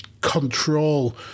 control